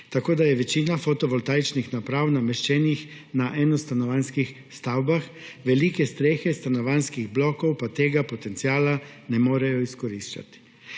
tako da je večina fotovoltaičnih naprav nameščenih na enostanovanjskih stavbah, velike strehe stanovanjskih blokov pa tega potenciala ne morejo izkoriščati.